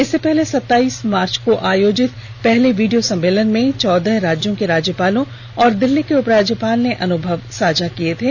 इससे पहले सताइस मार्च को आयोजित पहले वीडियो सम्मेलन में चौदह राज्यों के राज्यपालों और दिल्ली के उप राज्यपाल ने अनुभव साझा किये थे